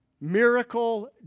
miracle